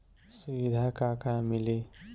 सुविधा का का मिली?